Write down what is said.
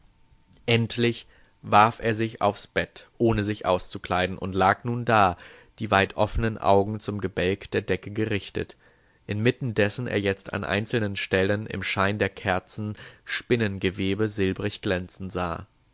endlich warf er sich aufs bett ohne sich auszukleiden und lag nun da die weit offenen augen zum gebälk der decke gerichtet inmitten dessen er jetzt an einzelnen stellen im schein der kerzen spinnengewebe silbrig glänzen sah